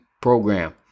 program